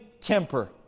temper